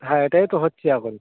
হ্যাঁ এটাই তো হচ্ছে এখন